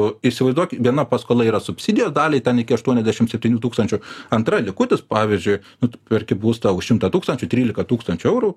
įsivaizduok viena paskola yra subsidija dalį ten iki aštuoniasdešim septynių tūkstančių antra likutis pavyzdžiui nu tu perki būstą už šimtą tūkstančių tryliką tūkstančių eurų